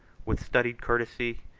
with studied courtesy,